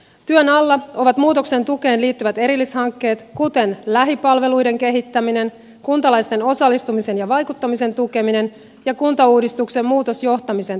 työn alla ovat muutoksen tukeen liittyvät erillishankkeet kuten lähipalveluiden kehittäminen kuntalaisten osallistumisen ja vaikuttamisen tukeminen ja kuntauudistuksen muutosjohtamisen tukeminen